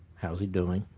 how is he doing.